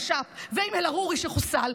רג'וב מהרש"פ ועם אל-עארורי, שחוסל,